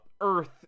earth